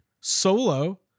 Solo